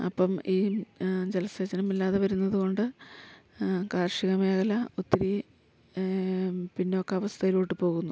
അപ്പം ഈ ജലസേചനമില്ലാതെ വരുന്നത് കൊണ്ട് കാർഷിക മേഖല ഒത്തിരി പിന്നോക്കാവസ്ഥയിലോട്ട് പോകുന്നു